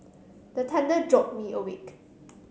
the thunder jolt me awake